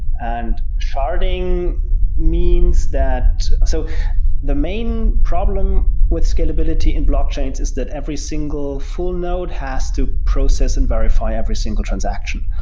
and sharding means that so the main problem with scalability in blockchains is that every single full node has to process and verify every single transaction.